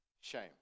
Shame